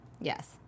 Yes